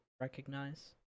recognize